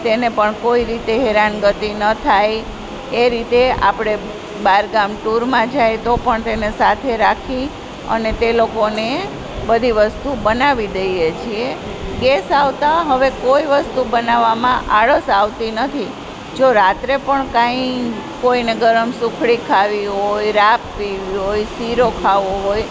તેને પણ કોઈ રીતે હેરાનગતિ ન થાય એ રીતે આપણે બહાર ગામ ટૂરમાં જઈએ તો પણ તેને સાથે રાખી અને તે લોકોને બધી વસ્તુ બનાવી દઈએ છીએ ગેસ આવતા હવે કોઈ વસ્તુ બનાવવામાં આળસ આવતી નથી જો રાત્રે પણ કાંઈ કોઈને ગરમ સુખડી ખાવી હોય રાબ પીવી હોય શીરો ખાવો હોય